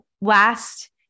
last